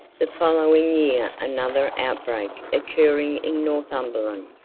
the following year another outbreak occurring in northumberland,